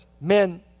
men